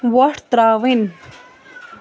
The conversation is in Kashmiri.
وۄٹھ ترٛاوٕنۍ